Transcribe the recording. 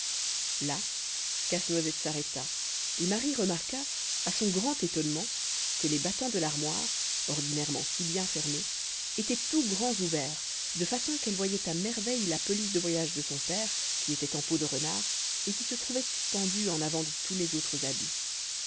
là casse-noisette s'arrêta et marie remarqua à son grand étonnement que les battants de l'armoire ordinairement si bien fermés étaient tout grands ouverts de façon qu'elle voyait à merveille la pelisse de voyage de son père qui était en peau de renard et qui se trouvait suspendue en avant de tous les autres habits